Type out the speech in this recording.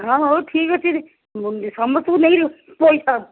ହଁ ହଉ ଠିକ୍ ଅଛି ସମସ୍ତଙ୍କୁ ନେଇକିରି ଶୋଇ ଥାଅ